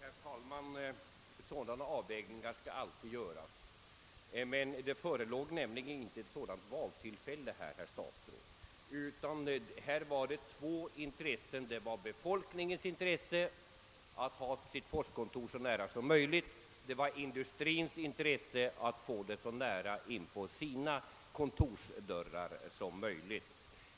Herr talman! Sådana avvägningar skall alltid göras. Men i detta fall gällde det inte att göra ett val i detta avseende, herr statsråd. I stället fanns två intressen att ta hänsyn till: befolkningens intresse att ha sitt postkontor så nära som möjligt och industrins intresse att ha det så nära sina kontorsdörrar som möjligt.